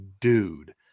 dude